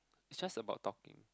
it's just about talking